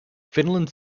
finland